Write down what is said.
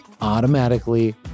automatically